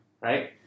right